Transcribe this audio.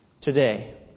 today